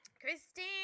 Christine